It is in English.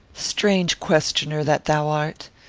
strange questioner that thou art.